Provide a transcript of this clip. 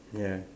ya